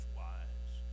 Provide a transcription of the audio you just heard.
wise